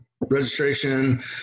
registration